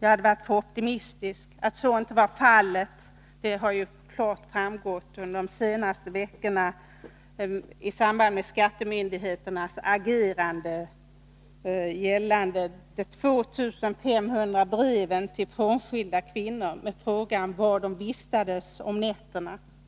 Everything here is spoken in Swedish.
jag har varit för optimistisk har emellertid klart framgått de senaste månaderna, bl.a. i samband med skattemyndigheternas agerande i fråga om de 2 500 breven till frånskilda kvinnor med frågan om var de vistades om nätterna.